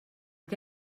que